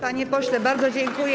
Panie pośle, bardzo dziękuję.